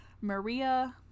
Maria